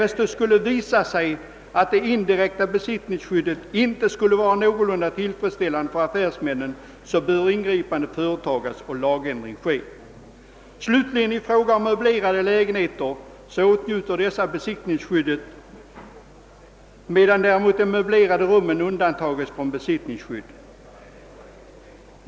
Därest det visar sig att det indirekta besittningsskyddet inte är någorlunda tillfredsställande för affärsmännen bör ingripande företagas och lagändring ske. Slutligen vill jag i fråga om möblerade lägenheter påpeka att dessa åtnjuter besittningsskydd, medan de möblerade rummen undantages från besittningsskyddet.